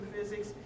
physics